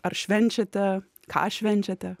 ar švenčiate ką švenčiate